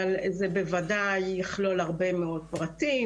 אבל זה בוודאי יכלול הרבה מאוד פרטים